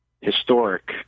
historic